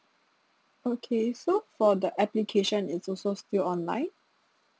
okay so for the application it's also still online